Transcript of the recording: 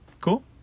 Cool